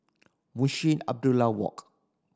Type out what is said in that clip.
Munshi Abdullah Walk